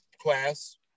class